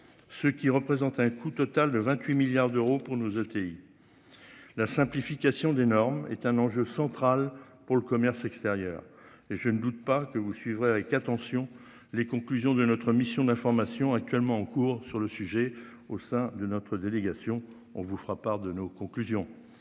Ce qui représente un coût total de 28 milliards d'euros pour nos ETI. La simplification des normes est un enjeu central pour le commerce extérieur et je ne doute pas que vous suivrait avec attention les conclusions de notre mission d'information actuellement en cours sur le sujet au sein de notre délégation on vous fera part de nos conclusions.